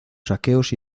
saqueos